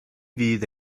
fydd